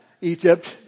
Egypt